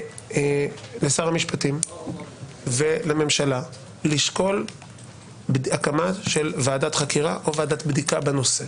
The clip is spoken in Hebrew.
לשר המשפטים ולממשלה לשקול הקמה של ועדת חקירה או ועדת בדיקה בנושא.